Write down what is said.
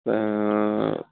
অঁ